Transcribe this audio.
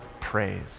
praise